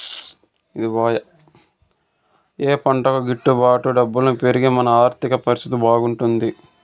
ఏ పంటకు గిట్టు బాటు డబ్బులు పెరిగి మన ఆర్థిక పరిస్థితి బాగుపడుతుంది?